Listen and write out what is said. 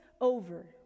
over